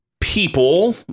people